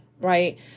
right